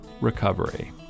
recovery